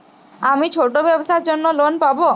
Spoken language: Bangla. আমি ছোট ব্যবসার জন্য লোন পাব?